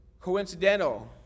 coincidental